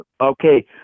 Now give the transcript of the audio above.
okay